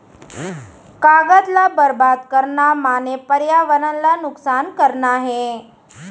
कागद ल बरबाद करना माने परयावरन ल नुकसान करना हे